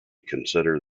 consider